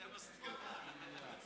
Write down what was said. זה מסתיר אותך.